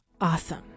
awesome